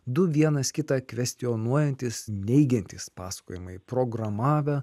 du vienas kitą kvestionuojantys neigiantys pasakojimai programavę